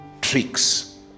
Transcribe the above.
tricks